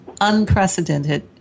unprecedented